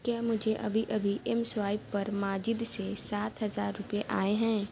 کیا مجھے ابھی ابھی ایم سوائیپ پر ماجد سے سات ہزار روپے آئے ہیں